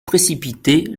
précipiter